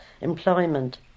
employment